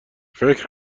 فکر